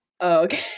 okay